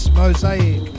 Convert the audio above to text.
mosaic